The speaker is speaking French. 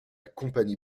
compagnie